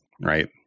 right